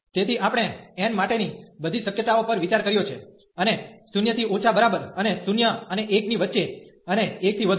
તેથી આપણે n માટેની બધી શક્યતાઓ પર વિચાર કર્યો છે અને 0 થી ઓછા બરાબર અને 0 અને 1 ની વચ્ચે અને 1 થી વધુ